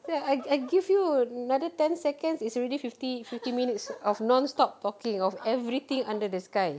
that's why I I give you another ten seconds it's already fifty fifty minutes of non stop talking of everything under the sky